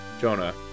Jonah